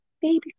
Baby